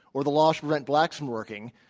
or the laws prevent blacks from working,